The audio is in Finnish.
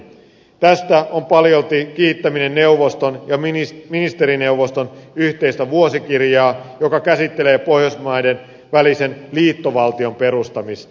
tästä on paljolti kiittäminen neuvoston ja ministerineuvoston yhteistä vuosikirjaa joka käsittelee pohjoismaiden välisen liittovaltion perustamista